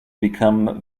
become